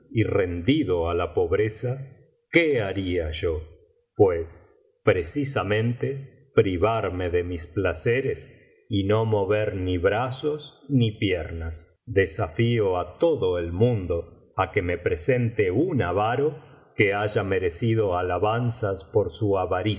y rendido á la pobreza qué haría yo pues precisamente privarme de mis placeres y no mover ni brazos ni piernas desafío á todo el mundo á que me presente un avaro que haya merecido alabanzas por su